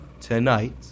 tonight